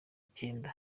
icyenda